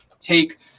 take